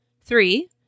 Three